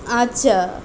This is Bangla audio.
আচ্ছা